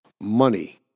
money